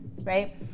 right